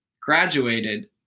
Graduated